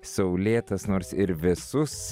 saulėtas nors ir vėsus